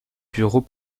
bureaux